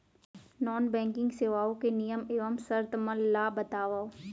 non banking सेवाओं के नियम एवं शर्त मन ला बतावव